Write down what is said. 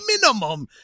minimum